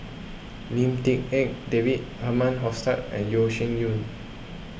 Lim Tik En David Herman Hochstadt and Yeo Shih Yun